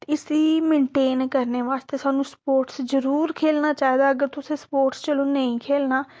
इसी मेनटेन करने बास्तै सानूं स्पोर्टस जरूर खेलना चाहिदा अगर तुसें स्पोर्टस चलो नेईं खेलना